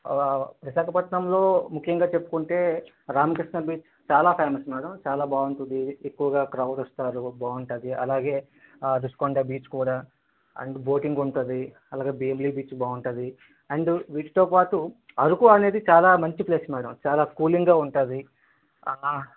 విశాఖపట్నంలో ముఖ్యంగా చెప్పుకుంటే రామకృష్ణ బీచ్ చాలా ఫేమస్ మేడం చాలా బాగుంటుంది ఎక్కువగా క్రౌడ్ వస్తారు బావుంటది అలాగే ఋషికొండ బీచ్ కూడా అండ్ బోటింగ్ ఉంటుంది అలాగే భీమిలి బీచ్ బాగుంటుంది అండ్ వీటితో పాటు అరకు అనేది చాలా మంచి ప్లేస్ మేడం చాలా కూలింగ్గా ఉంటుంది